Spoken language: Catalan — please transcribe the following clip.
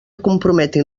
comprometin